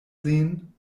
sehen